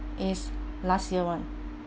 is last year [one]